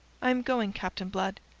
i am going, captain blood.